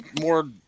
more